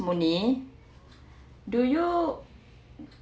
morni do you